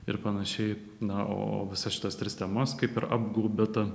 ir panašiai na o visas šitas tris temas kaip ir apgaubia ta